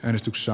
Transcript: äänestyksessä